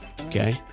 okay